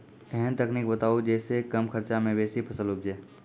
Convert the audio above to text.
ऐहन तकनीक बताऊ जै सऽ कम खर्च मे बेसी फसल उपजे?